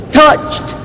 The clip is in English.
touched